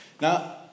Now